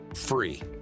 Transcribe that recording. free